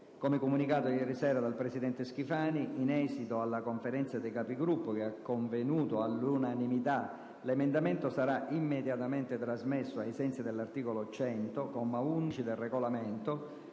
Come comunicato ieri sera dal presidente Schifani in esito alla Conferenza dei Capigruppo, che ha convenuto all'unanimità, l'emendamento sarà immediatamente trasmesso, ai sensi dell'articolo 100, comma 11, del Regolamento,